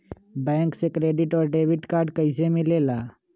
Bank से credit और debit card कैसी मिलेला?